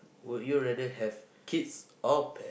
would you rather have kids or pet